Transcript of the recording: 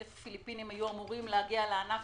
1,000 פיליפינים היו אמורים להגיע לענף